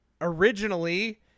originally